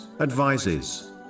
advises